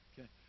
okay